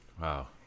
Wow